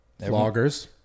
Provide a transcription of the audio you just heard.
Vloggers